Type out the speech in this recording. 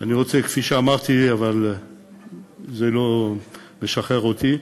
אני רוצה, כפי שאמרתי, אבל זה לא משחרר אותי,